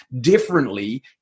differently